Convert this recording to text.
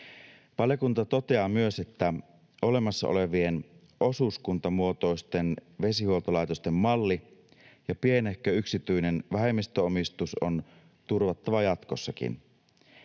Valiokunta toteaa myös, että olemassa olevien osuuskuntamuotoisten vesihuoltolaitosten malli ja pienehkö yksityinen vähemmistöomistus on turvattava jatkossakin.